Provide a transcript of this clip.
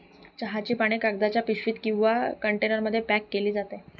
चहाची पाने कागदाच्या पिशवीत किंवा कंटेनरमध्ये पॅक केली जातात